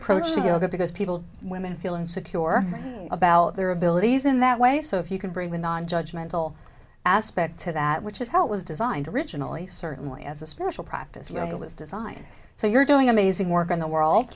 approach to yoga because people women feel insecure about their abilities in that way so if you can bring the non judge mental aspect to that which is how it was designed originally certainly as a spiritual practice it was designed so you're doing amazing work in the world